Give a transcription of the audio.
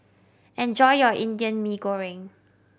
enjoy your Indian Mee Goreng